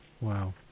Wow